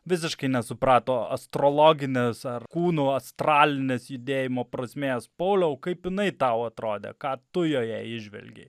visiškai nesuprato astrologinės ar kūnų astralinės judėjimo prasmės pauliau kaip jinai tau atrodė ką tu joje įžvelgei